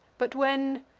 but when,